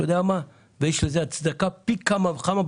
ודווקא בתקופה הזאת יש לזה הצדקה פי כמה וכמה.